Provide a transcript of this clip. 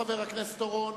חבר הכנסת אורון,